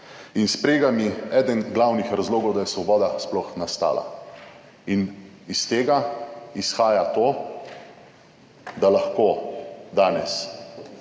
in s vpregami, eden glavnih razlogov, da je Svoboda sploh nastala. In iz tega izhaja to, da lahko danes